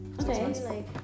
Okay